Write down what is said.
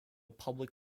public